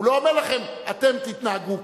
הוא לא אומר לכם: אתם תתנהגו כך.